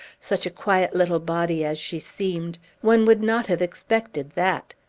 such a quiet little body as she seemed, one would not have expected that.